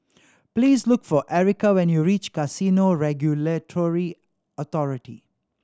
please look for Erika when you reach Casino Regulatory Authority